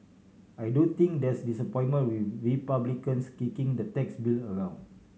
I do think there's disappointment with Republicans kicking the tax bill around